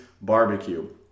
Barbecue